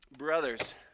Brothers